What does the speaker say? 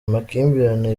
amakimbirane